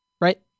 right